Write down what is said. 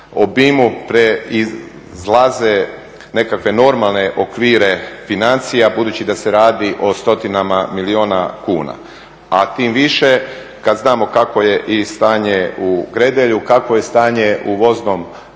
obimu preizlaze nekakve normalne okvire financija budući da se radi o stotinama milijuna kuna a tim više kada znamo kakvo je i stanje u Gredelju, kakvo je stanje u voznom